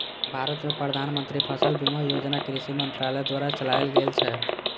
भारत मे प्रधानमंत्री फसल बीमा योजना कृषि मंत्रालय द्वारा चलाएल गेल छै